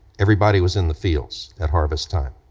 everybody was in the fields at harvest time.